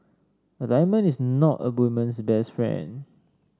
a diamond is not a woman's best friend